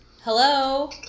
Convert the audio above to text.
Hello